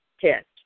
test